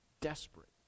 desperate